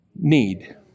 Need